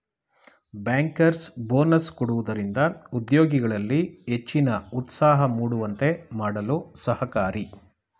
bankers bonus ಕೊಡುವುದರಿಂದ ಉದ್ಯೋಗಿಗಳಲ್ಲಿ ಹೆಚ್ಚಿನ ಉತ್ಸಾಹ ಮೂಡುವಂತೆ ಮಾಡಲು ಸಹಕಾರಿ